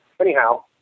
anyhow